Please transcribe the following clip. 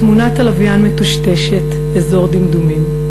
"תמונת הלוויין מטושטשת, אזור דמדומים.